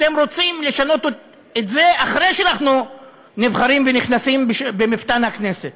אתם רוצים לשנות את זה אחרי שאנחנו נבחרים ונכנסים במפתן הכנסת.